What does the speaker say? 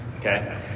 Okay